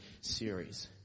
series